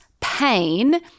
pain